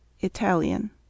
Italian